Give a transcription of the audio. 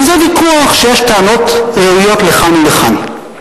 וזה ויכוח שיש בו טענות ראויות לכאן ולכאן.